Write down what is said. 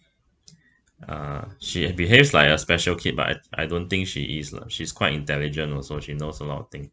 uh she behaves like a special kid but I I don't think she is lah she's quite intelligent also she knows a lot of thing